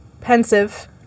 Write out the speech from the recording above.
pensive